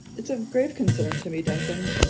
it's a grave concern to me, duncan.